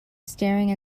staring